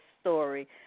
story